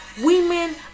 Women